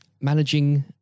managing